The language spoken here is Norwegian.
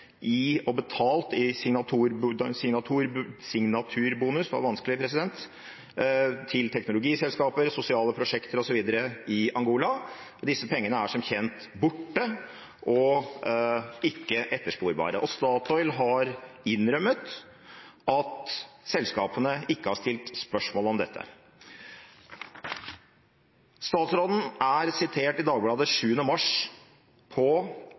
i og betalt i signaturbonus til teknologiselskaper, sosiale prosjekter osv. i Angola. Disse pengene er som kjent borte og ikke ettersporbare. Statoil har innrømmet at selskapene ikke har stilt spørsmål om dette. Statsråden er sitert i Dagbladet den 7. mars på,